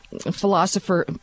philosopher